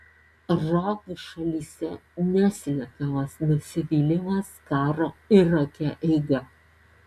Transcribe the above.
arabų šalyse neslepiamas nusivylimas karo irake eiga